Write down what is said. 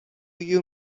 you